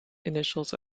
initials